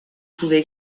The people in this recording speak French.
pouvais